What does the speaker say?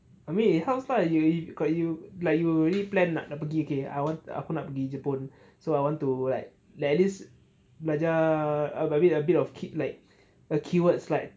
I mean it helps lah you you got you like you already plan lah nak pergi okay okay I want aku nak pergi jepun so I want to like at least belajar a bit a bit of keep like a keywords like